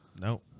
No